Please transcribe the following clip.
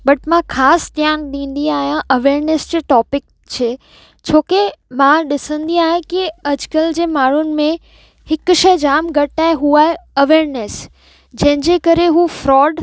but मां ख़ासि ध्यानु ॾींदी आहियां अवेयरनेस जो टॉपिक छे छो कि मां ॾिसंदी आहियां कि अॼुकल्ह जे माण्हुनि में हिक शइ जाम घटि आहे हू आहे अवेयरनेस जंहिं जे करे हू फ़्रॉड